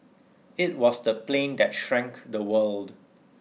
it was the plane that shrank the world